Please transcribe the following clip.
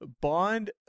bond